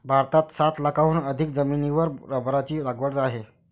भारतात सात लाखांहून अधिक जमिनीवर रबराची लागवड आहे